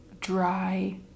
dry